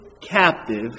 captive